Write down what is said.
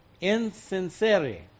insincere